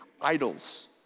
idols